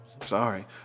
sorry